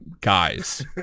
guys